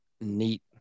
Neat